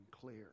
clear